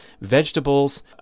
vegetables